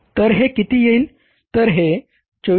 तर हे किती येईल तर हे 2492 असेल